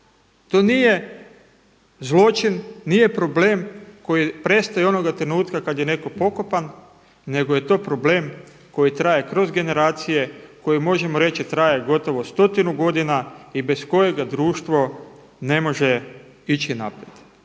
To nije zločin, nije problem koji prestaje onoga trenutka kada je netko pokopan, nego je to problem koji traje kroz generacije, koji možemo reći traje gotovo stotinu godina i bez kojega društvo ne može ići naprijed.